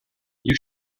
you